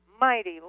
mighty